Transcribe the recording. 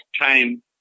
time